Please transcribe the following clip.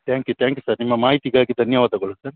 thank you thank you sir ನಿಮ್ಮ ಮಾಹಿತಿಗಾಗಿ ಧನ್ಯವಾದಗಳು ಸರ್